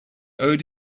owed